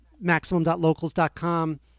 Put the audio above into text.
maximum.locals.com